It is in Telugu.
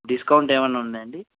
డిస్కౌంట్ ఏమైనా ఉందాండి